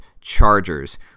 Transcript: Chargers